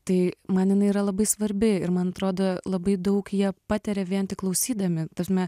tai man jinai yra labai svarbi ir man atrodo labai daug jie patiria vien tik klausydami ta prasme